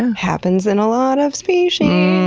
and happens in a lot of species,